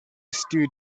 stood